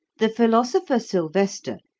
the philosopher silvester,